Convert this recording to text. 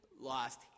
lost